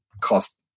cost